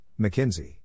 McKinsey